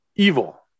evil